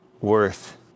worth